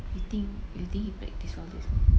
you think you think he practise all these meh